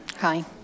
Hi